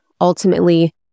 ultimately